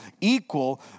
equal